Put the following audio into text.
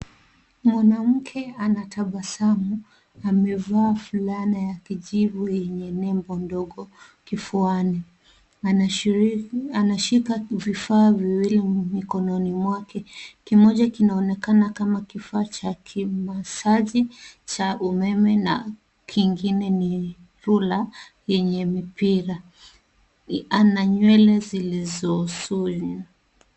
Mwanamke anatabasamu, amevaa fulana ya kijivu yenye nembo ndogo kifuani. Anashika vifaa viwili mikononi mwake, kimoja kinaonekana kama kifaa cha kimasaji cha umeme na kingine ni rula yenye mipira. Ana nywele zilizosukwa.